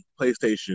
Playstation